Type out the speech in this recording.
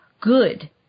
good